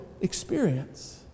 experience